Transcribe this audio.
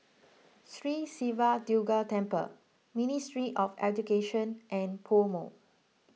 Sri Siva Durga Temple Ministry of Education and PoMo